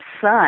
son